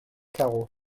carreaux